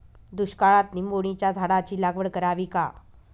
दुष्काळात निंबोणीच्या झाडाची लागवड करावी का?